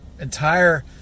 entire